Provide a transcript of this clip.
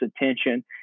attention